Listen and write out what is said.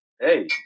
hey